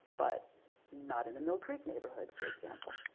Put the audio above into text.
but not in the mill creek neighborhood for example.